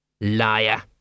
Liar